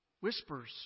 whispers